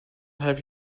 have